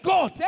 God